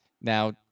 now